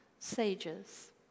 sages